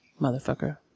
Motherfucker